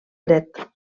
dret